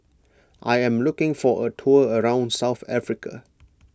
I am looking for a tour around South Africa